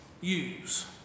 use